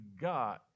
God